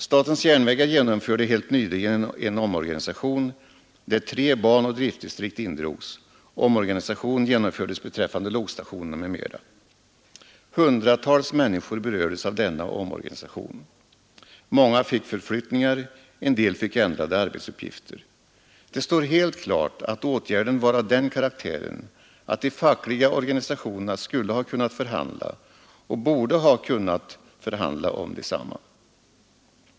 SJ genomförde helt nyligen en omorganisation där tre banoch driftdistrikt indrogs, omorganisation genomfördes beträffande lokstationerna m.m. Hundratals människor berördes av denna omorganisation. Många fick förflyttningar, en del fick ändrade arbetsuppgifter. Det står helt klart att åtgärden var av den karaktären att de fackliga organisationerna skulle ha kunnat förhandla, och borde ha kunnat förhandla, om densamma.